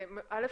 ראשית,